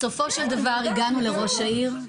בסופו של דבר הגענו לראש העיר.